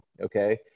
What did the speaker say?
Okay